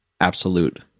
absolute